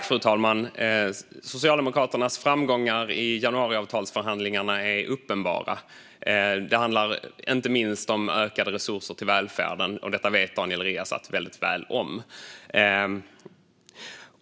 Fru talman! Socialdemokraternas framgångar i januariavtalsförhandlingarna är uppenbara. Det handlar inte minst om ökade resurser till välfärden, och det vet Daniel Riazat väldigt väl.